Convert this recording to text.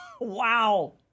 Wow